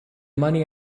money